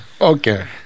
Okay